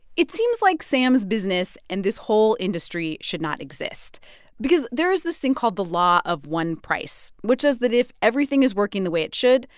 it seems like sam's business and this whole industry should not exist because there is this thing called the law of one price, which says that if everything is working the way it should,